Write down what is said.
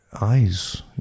eyes